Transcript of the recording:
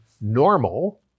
normal